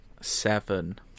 seven